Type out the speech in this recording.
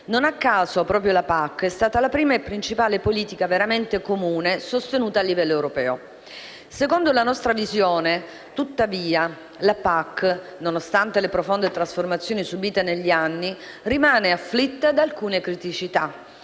Non a caso, proprio la PAC è stata la prima e principale politica veramente comune sostenuta a livello europeo. Secondo la nostra visione, tuttavia, la PAC - nonostante le profonde trasformazioni subite negli anni - rimane afflitta da alcune criticità.